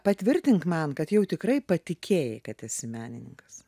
patvirtink man kad jau tikrai patikėjai kad esi menininkas